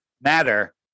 matter